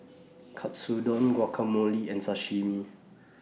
Katsudon Guacamole and Sashimi